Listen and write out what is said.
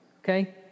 okay